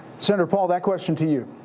senator paul, that question to you.